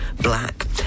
black